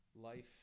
life